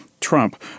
Trump